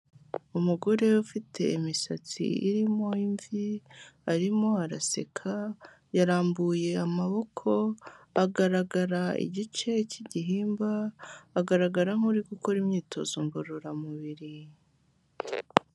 Umugore ufite imisatsi irimo imvi, arimo araseka, yarambuye amaboko, agaragara igice cy'igihimba agaragara nk'uri gukora imyitozo ngororamubiri.